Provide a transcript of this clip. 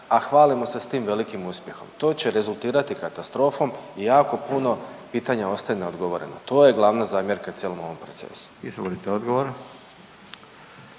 a hvalimo se s tim velikim uspjehom. To će rezultirati katastrofom i jako puno pitanja ostaje neodgovoreno, to je glavna zamjerka cijelom ovom procesu.